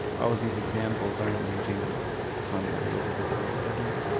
all of these examples aren't reaching some areas of the world, i think.